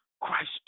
Christ